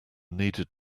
needed